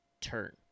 turn